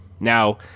now